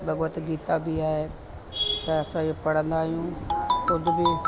भगवत गीता बि आहे त असां इहो पढ़ंदा आहियूं